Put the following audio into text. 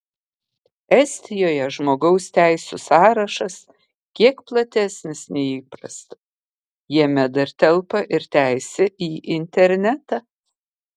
estijoje žmogaus teisių sąrašas kiek platesnis nei įprasta jame dar telpa ir teisė į internetą